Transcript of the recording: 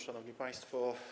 Szanowni Państwo!